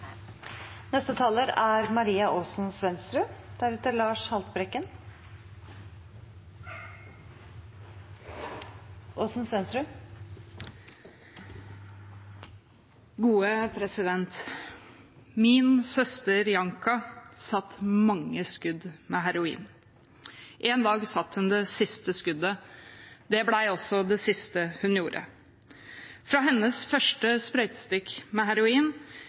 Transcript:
Min søster Janka satte mange skudd med heroin. En dag satte hun det siste skuddet. Det ble også det siste hun gjorde. Med hennes første sprøytestikk med